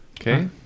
okay